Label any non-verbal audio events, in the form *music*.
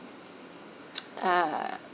*noise* uh